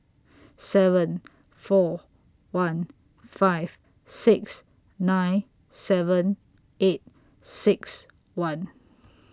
seven four one five six nine seven eight six one